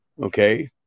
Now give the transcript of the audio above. okay